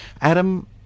Adam